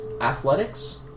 athletics